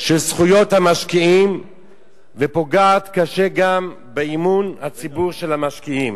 של זכויות המשקיעים ופוגע קשה גם באמון של ציבור המשקיעים.